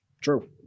True